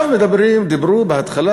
דיברו בהתחלה,